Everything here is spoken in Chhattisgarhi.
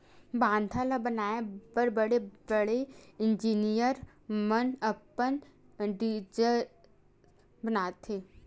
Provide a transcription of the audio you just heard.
बांधा ल बनाए बर बड़े बड़े इजीनियर मन अपन डिजईन बनाथे